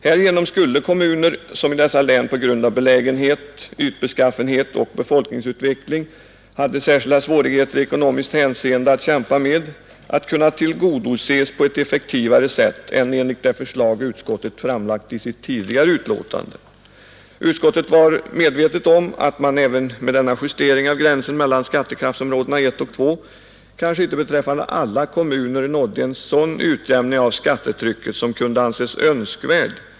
Härigenom skulle kommuner, som i dessa län på grund av belägenhet, ytbeskaffenhet och befolkningsutveckling hade särskilda svårigheter i ekonomiskt hänseende att kämpa mot, kunna tillgodoses på ett effektivare sätt än enligt det förslag utskottet framlagt i sitt tidigare utlåtande. Utskottet var dock medvetet om att man även med denna justering av gränsen mellan skattekraftsområdena 1 och 2 kanske inte beträffande alla kommuner nådde en sådan utjämning av skattetrycket som kunde anses önskvärd.